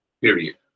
period